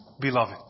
beloved